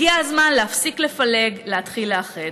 הגיע הזמן להפסיק לפלג ולהתחיל לאחד,